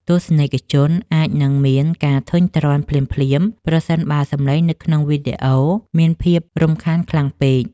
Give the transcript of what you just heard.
ទស្សនិកជនអាចនឹងមានការធុញទ្រាន់ភ្លាមៗប្រសិនបើសំឡេងនៅក្នុងវីដេអូមានភាពរំខានខ្លាំងពេក។